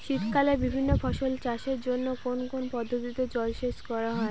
শীতকালে বিভিন্ন ফসলের চাষের জন্য কোন কোন পদ্ধতিতে জলসেচ করা হয়?